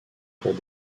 pour